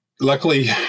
luckily